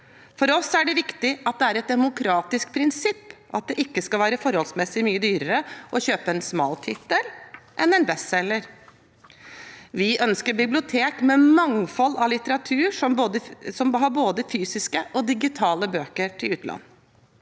For oss er det viktig – og et demokratisk prinsipp – at det ikke skal være forholdsmessig mye dyrere å kjøpe en smal tittel enn en bestselger. Vi ønsker bibliotek med et mangfold av litteratur, som har både fysiske og digitale bøker til utlån.